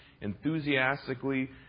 enthusiastically